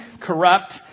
corrupt